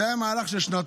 זה היה מהלך של שנתיים,